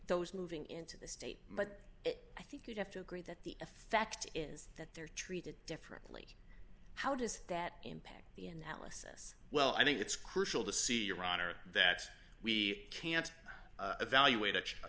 those moving into the state but i think you'd have to agree that the effect is that they're treated differently how does that impact the analysis well i think it's crucial to see your honor that we can't evaluate